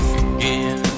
again